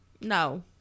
no